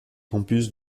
campus